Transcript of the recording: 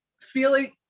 feeling